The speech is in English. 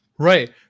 Right